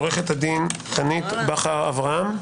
עו"ד חנית בכר אברהם,